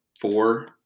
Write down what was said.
four